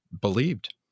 believed